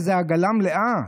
איזו עגלה מלאה?